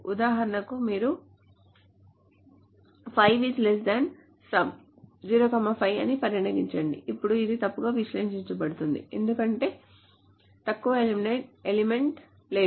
ఉదాహరణకు మీరు 5 some 05 అని పరిగణించండి ఇది తప్పుగా విశ్లేషించబడుతుంది ఎందుకంటే 5 కంటే తక్కువ ఎలిమెంట్ లేదు